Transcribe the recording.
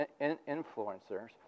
influencers